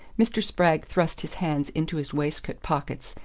mr. spragg thrust his hands into his waistcoat pockets,